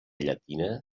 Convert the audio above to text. llatina